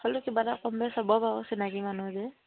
হ'লেও কিবা এটা কম বেচ হ'ব বাৰু চিনাকি মানুহ যে